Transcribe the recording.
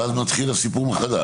ואז מתחיל הסיפור מחדש.